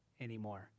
anymore